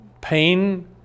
Pain